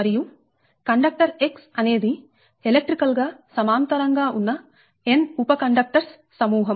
మరియు conductor X అనేది electrical గా సమాంతరంగా ఉన్న n ఉప కండక్టర్స్ సమూహం